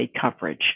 coverage